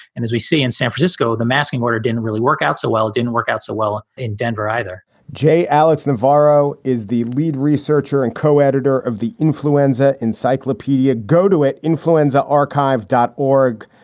and as we see in san francisco, the masking order didn't really work out so well. it didn't work out so well in denver either j. alex navarro is the lead researcher and co-editor of the influenza encyclopedia. go to it. influenza archive, dot org.